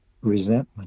resentment